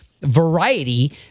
variety